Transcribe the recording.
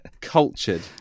cultured